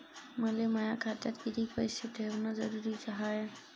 मले माया खात्यात कितीक पैसे ठेवण जरुरीच हाय?